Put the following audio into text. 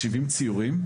70 ציורים.